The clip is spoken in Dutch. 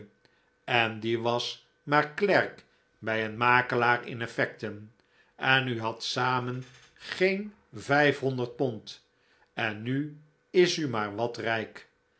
en die was maar klerk bij een makelaar in effecten en u had samen geen vijfhonderd pond en nu is u maar wat rijk